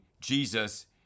Jesus